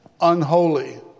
unholy